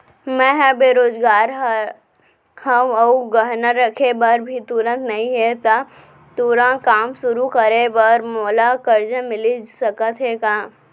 मैं ह बेरोजगार हव अऊ गहना रखे बर भी तुरंत नई हे ता तुरंत काम शुरू करे बर मोला करजा मिलिस सकत हे का?